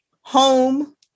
home